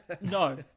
No